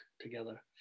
together